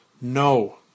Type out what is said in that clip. no